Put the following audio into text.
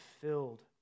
filled